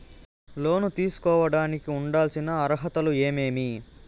లోను తీసుకోడానికి ఉండాల్సిన అర్హతలు ఏమేమి?